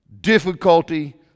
difficulty